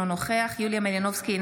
אינו נוכח יוליה מלינובסקי,